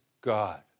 God